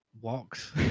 walks